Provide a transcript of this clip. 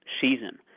season